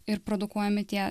ir produkuojami tie